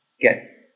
get